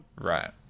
Right